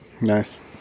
nice